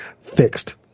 fixed